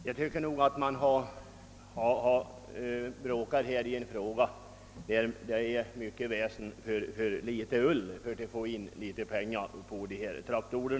Vi tycker nog att här är mycket väsen för litet ull — det blir inte mycket pengar staten får in i skatt på dessa traktorer.